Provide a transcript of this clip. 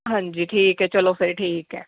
ਹਾਂਜੀ ਠੀਕ ਹੈ ਚਲੋ ਫਿਰ ਠੀਕ ਹੈ